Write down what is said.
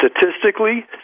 statistically